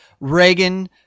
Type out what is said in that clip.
Reagan